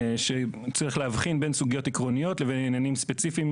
צריך להבחין בין סוגיות עקרוניות לבין עניינים ספציפיים